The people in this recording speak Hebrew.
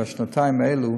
בשנתיים האלה,